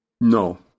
No